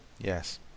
Yes